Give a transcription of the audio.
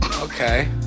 Okay